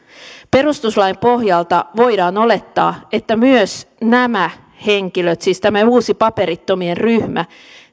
perustuslain pohjalta voidaan olettaa että myös nämä henkilöt siis tämä uusi paperittomien ryhmä